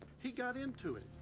he got into it.